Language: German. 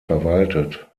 verwaltet